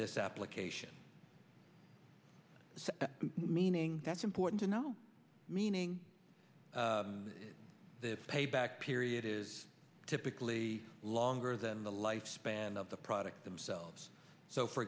this application meaning that's important to know meaning the payback period is typically longer than the lifespan of the product themselves so for